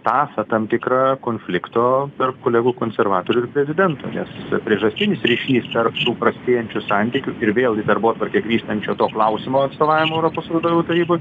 tąsą tam tikro konflikto tarp kolegų konservatorių ir prezidento nes priežastinis ryšys tarp tų prastėjančių santykių ir vėl į darbotvarkę grįžtančio to klausimo atstovavimo europos vadovų taryboj